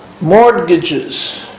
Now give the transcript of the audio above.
mortgages